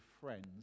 friends